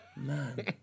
Man